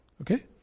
Okay